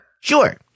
Sure